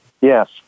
Yes